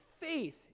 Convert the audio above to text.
faith